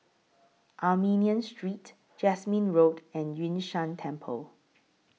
Armenian Street Jasmine Road and Yun Shan Temple